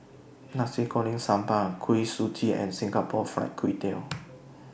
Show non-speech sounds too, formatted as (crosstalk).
Nasi Goreng Sambal Kuih Suji and Singapore Fried Kway Tiao (noise)